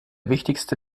wichtigste